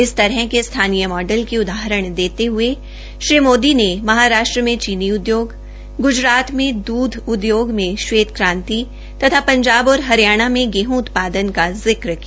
इसी जरह के स्थानीय मॉडल की उदाहरण देते हये श्री मोदी ने महाराष्ट्र के चीनी उद्ययोग ग्जरात में द्ध उद्योग में श्वेत क्रांति तथा जाब और हरियाणा में गेहं उत्पादन का जिक्र किया